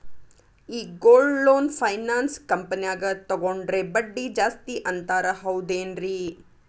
ಈ gold loan finance ಕಂಪನ್ಯಾಗ ತಗೊಂಡ್ರೆ ಬಡ್ಡಿ ಜಾಸ್ತಿ ಅಂತಾರ ಹೌದೇನ್ರಿ?